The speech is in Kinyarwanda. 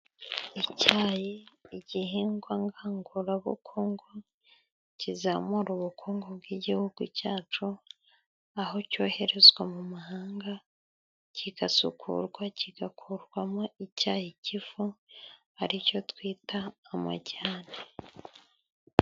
Icyayi, igihingwa ngangurabukungu kizamura ubukungu bw'igihugu cyacu, aho cyoherezwa mu mahanga, kigasukurwa kigakorwamo icyayi k'ifu, ari cyo twita amajyane.